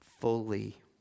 fully